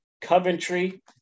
Coventry